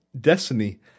destiny